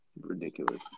Ridiculous